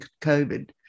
COVID